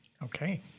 Okay